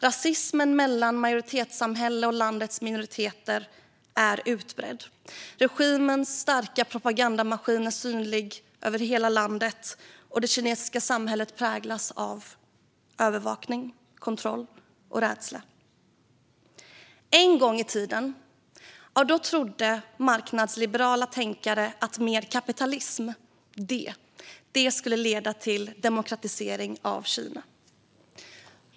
Rasismen mellan majoritetssamhället och landets minoriteter är utbredd. Regimens starka propagandamaskin är synlig över hela landet, och det kinesiska samhället präglas av övervakning, kontroll och rädsla. En gång i tiden trodde marknadsliberala tänkare att mer kapitalism skulle leda till en demokratisering av Kina.